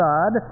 God